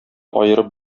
аерып